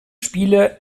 spiele